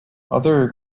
other